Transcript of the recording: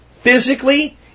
physically